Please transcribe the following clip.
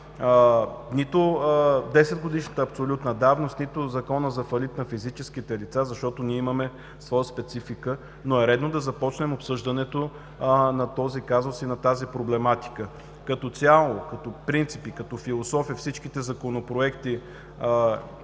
нито 10-годишната абсолютна давност, нито Закона за фалит на физическите лица, защото имаме своя специфика. Но е редно да започнем обсъждането на този казус и на тази проблематика. Като цяло, като принципи, като философия всички законопроекти